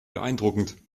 beeindruckend